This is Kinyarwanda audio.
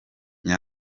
iri